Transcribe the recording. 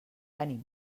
venim